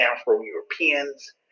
Afro-Europeans